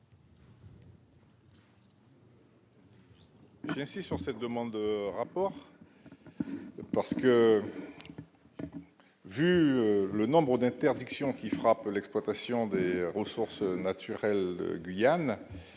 Ainsi, sur cette demande de rapport parce que vu le nombre d'interdiction qui frappe l'exploitation des ressources naturelles, Guyane,